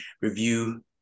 review